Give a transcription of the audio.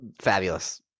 fabulous